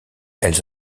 elles